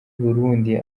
burundi